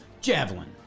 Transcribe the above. javelin